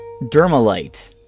dermalite